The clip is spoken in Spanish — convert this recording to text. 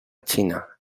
china